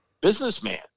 businessman